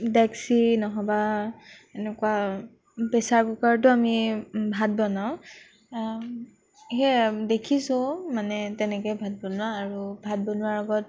ডেক্সি নহ'বা এনেকুৱা প্ৰেচাৰ কুকাৰটো আমি ভাত বনাওঁ সেয়া দেখিছোঁ মানে তেনেকে ভাত বনোৱা আৰু ভাত বনোৱাৰ আগত